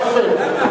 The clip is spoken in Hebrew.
יפה.